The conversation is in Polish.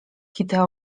kitę